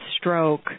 stroke